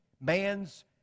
Man's